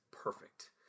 perfect